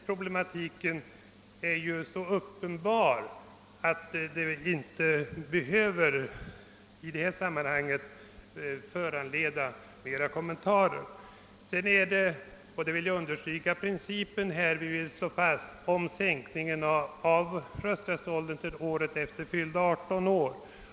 Problematiken är ju så uppenbar, att den saken inte behöver föranleda fler kommentarer i detta sammanhang. Jag vill understryka att vi vill slå fast principen, att rösträttsåldern skall sänkas till året efter fyllda 18 år.